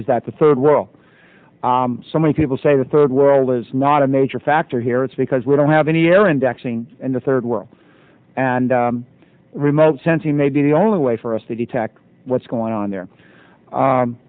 is that the third row so many people say the third world is not a major factor here it's because we don't have any air indexing and the third world and remote sensing may be the only way for us to detect what's going on there